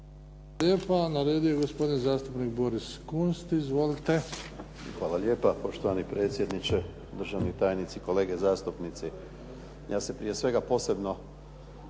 lijepa. Na redu je gospodin zastupnik Boris Kunst. Izvolite. **Kunst, Boris (HDZ)** Hvala lijepa poštovani predsjedniče, državni tajnici, kolege zastupnici. Ja se prije svega posebno